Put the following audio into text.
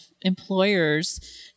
employers